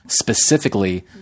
specifically